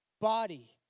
body